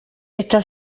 eta